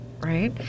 right